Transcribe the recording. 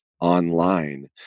online